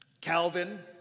Calvin